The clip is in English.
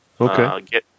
Okay